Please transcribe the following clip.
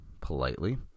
politely